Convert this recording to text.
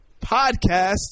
podcast